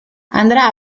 andrà